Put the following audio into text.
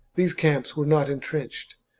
these camps were not entrenched,